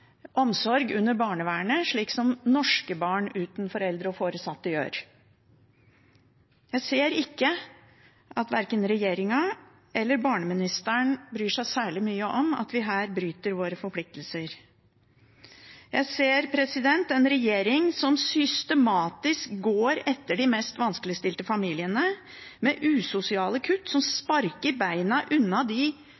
omsorg under barnevernet, slik som norske barn uten foreldre og foresatte gjør. Jeg ser ikke at verken regjeringen eller barneministeren bryr seg særlig mye om at vi her bryter våre forpliktelser. Jeg ser en regjering som systematisk går etter de mest vanskeligstilte familiene, med usosiale kutt som